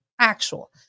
actual